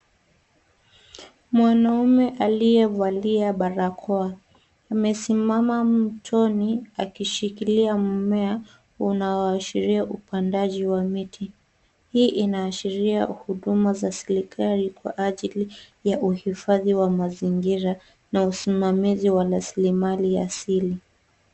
Mwanamume aliyevalia barakoa amesimama mtoni, akishikilia mmea unaoashiria upandaji wa miti. Hii inaashiria huduma za serikali kwa ajili ya uhifadhi wa mazingira na usimamizi wa rasilimali ya siri.